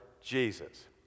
Jesus